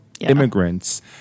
immigrants